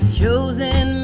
chosen